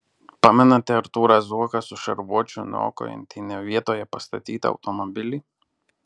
pamenate artūrą zuoką su šarvuočiu niokojantį ne vietoje pastatytą automobilį